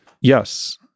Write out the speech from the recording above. yes